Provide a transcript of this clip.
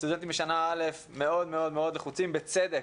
סטודנטים בשנה א' מאוד מאוד מאוד לחוצים, ובצדק,